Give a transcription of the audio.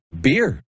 beer